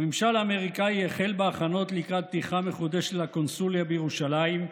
הממשל האמריקני החל בהכנות לקראת פתיחה מחודשת של הקונסוליה בירושלים,